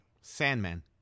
Sandman